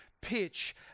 pitch